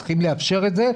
צריך לאפשר את זה.